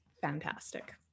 fantastic